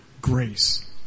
grace